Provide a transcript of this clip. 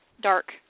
dark